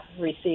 receive